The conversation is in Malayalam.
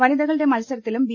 വനിതകളുടെ മത്സരത്തിലും ബി